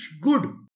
good